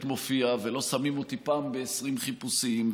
מופיע ולא שמים אותי פעם ב-20 חיפושים?